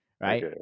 right